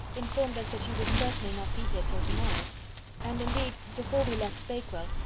informed us that you would certainly not be here till to-morrow and indeed, before we left bakewell,